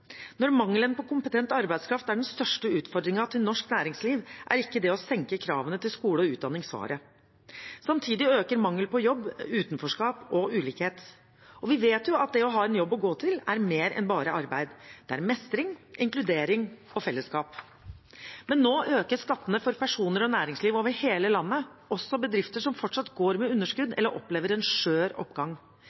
Når mangelen på kompetent arbeidskraft er den største utfordringen til norsk næringsliv, er ikke det å senke kravene til skole og utdanning svaret. Samtidig øker mangel på jobb utenforskap og ulikhet. Vi vet at det å ha en jobb å gå til er mer enn bare arbeid: Det er mestring, inkludering og fellesskap. Men nå økes skattene for personer og næringsliv over hele landet, også for bedrifter som fortsatt går med underskudd eller opplever en skjør oppgang.